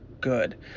good